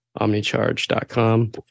OmniCharge.com